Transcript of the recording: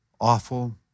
awful